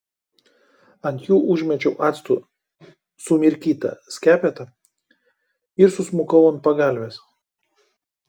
ant jų užmečiau actu sumirkytą skepetą ir susmukau ant pagalvės